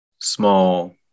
small